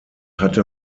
hatte